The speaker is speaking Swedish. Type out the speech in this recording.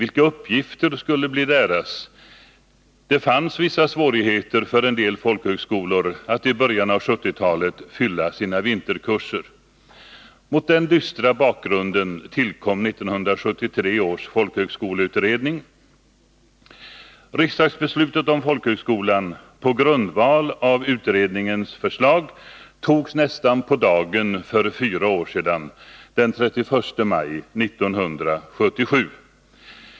Vilka uppgifter skulle bli deras? Det fanns vissa svårigheter för en del folkhögskolor att fylla sina vinterkurser i början av 1970-talet. Mot den dystra bakgrunden tillkom 1973 års folkhögskoleutredning. Riksdagsbeslutet om folkhögskolan, på grundval av utredningens förslag, fattades nästan på dagen för fyra år sedan, den 31 maj 1977.